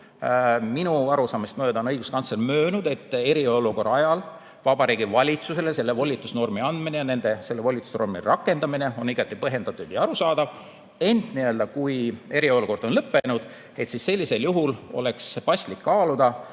minu arusaamist mööda on õiguskantsler möönnud, et eriolukorra ajal Vabariigi Valitsusele selle volitusnormi andmine ja selle volitusnormi rakendamine on igati põhjendatud ja arusaadav, ent kui eriolukord on lõppenud, siis sellisel juhul oleks paslik kaaluda,